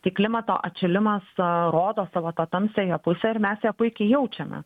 tai klimato atšilimas rodo savo tą tamsiąją pusę ir mes ją puikiai jaučiame